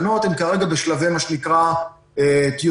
ומתן אפשרות